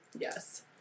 Yes